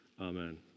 Amen